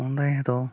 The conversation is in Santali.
ᱚᱸᱰᱮ ᱫᱚ